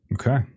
Okay